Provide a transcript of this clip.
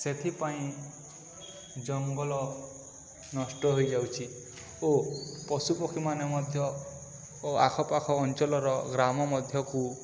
ସେଥିପାଇଁ ଜଙ୍ଗଲ ନଷ୍ଟ ହେଇଯାଉଛିି ଓ ପଶୁପକ୍ଷୀ ମାନେ ମଧ୍ୟ ଓ ଆଖ ପାଖ ଅଞ୍ଚଳର ଗ୍ରାମ ମଧ୍ୟକୁ